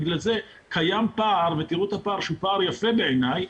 תראו את הפער, שהוא יפה בעיני,